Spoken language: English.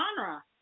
genre